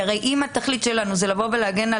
כי הרי אם התכלית שלנו היא להגן על